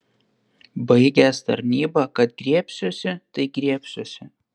baigęs tarnybą kad griebsiuosi tai griebsiuosi